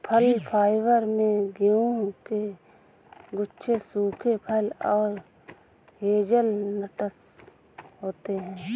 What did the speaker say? फल फाइबर में गेहूं के गुच्छे सूखे फल और हेज़लनट्स होते हैं